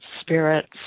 spirits